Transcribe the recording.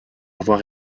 avoir